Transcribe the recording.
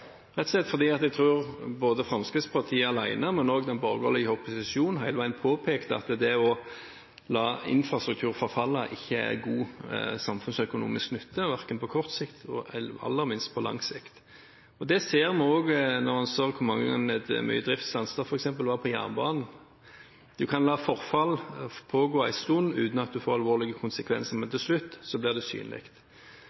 rett og slett fordi jeg tror både Fremskrittspartiet alene og den borgerlige opposisjonen hele veien påpekte at det å la infrastruktur forfalle ikke gir god samfunnsøkonomisk nytte, verken på kort sikt eller, aller minst, på lang sikt. Det ser vi også når en f.eks. så hvor mye driftsstans det var på jernbanen. En kan la forfall pågå en stund uten at det får alvorlige konsekvenser, men